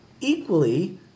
equally